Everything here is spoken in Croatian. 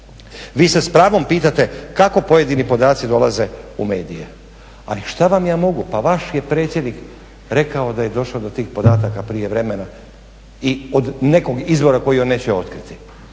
Vi se s pravom pitate kako pojedini podaci dolaze u medije, ali šta vam ja mogu, pa vaš je predsjednik rekao da je došao do tih podataka prije vremena, i od nekog izvora koji vam neće otkriti.